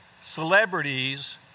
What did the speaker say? celebrities